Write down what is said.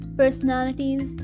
personalities